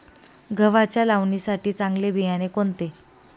गव्हाच्या लावणीसाठी चांगले बियाणे कोणते?